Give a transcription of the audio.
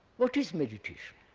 what is meditation?